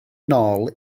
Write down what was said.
nôl